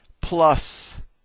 plus